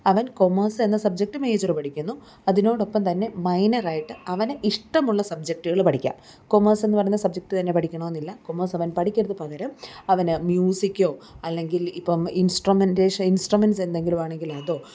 അവൻ കൊമേഴ്സ് എന്ന subject major പഠിക്കുന്നു അതിനോടൊപ്പം തന്നെ മൈനറായിട്ട് അവന് ഇഷ്ടമുള്ള സബ്ജക്ടുകൾ പഠിക്കാം കൊമേഴ്സെന്ന് പറയുന്ന സബ്ജക്ട് തന്നെ പഠിക്കണമെന്നില്ല കൊമേഴ്സ് അവൻ പഠിക്കരുത് പകരം അവന് മ്യൂസികോ അല്ലെങ്കിൽ ഇപ്പം ഇൻസ്ട്രുമെൻ്റേഷൻ ഇൻസ്ട്രുമെൻസ് എന്തെങ്കിലും ആണെങ്കിൽ അതോ